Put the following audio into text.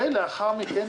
לאחר מכן,